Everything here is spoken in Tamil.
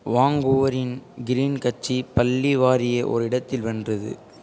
வாங்கூவரின் க்ரீன் கட்சி பள்ளி வாரிய ஒரு இடத்தில் வென்றது